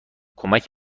کمک